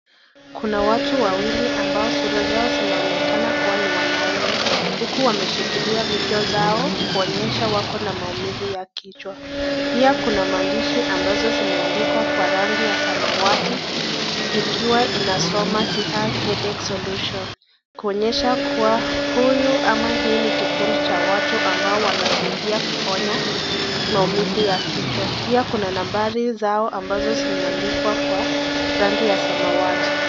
Kuna watu wawili ambao sura zao zinaonekana kua ni wanaume huku wameshikilia vichwa zao kuonyesha wako na maumivu ya kichwa. Pia kuna maandhishi ambazo zimeandikwa kwa rangi ya samawati ikiwa inasoma Siha headache solution kuonyesha kua huyu ama hii nikikundi cha watu ambao wanasaidia kuponya maumivu ya kichwa. Pia kuna nambari zao ambazo zimeandikwa kwa rangi ya samawati.